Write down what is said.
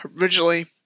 originally